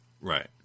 Right